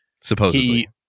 Supposedly